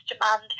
demand